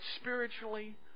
spiritually